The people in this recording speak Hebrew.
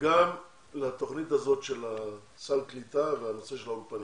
-- וגם לתוכנית של סל הקליטה והנושא של האולפנים.